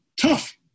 tough